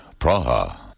Praha